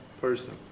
person